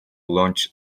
launch